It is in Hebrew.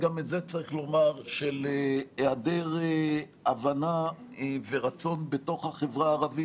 וגם את זה צריך לומר של היעדר הבנה ורצון בתוך החברה הערבית